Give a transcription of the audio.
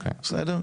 בסדר?